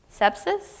sepsis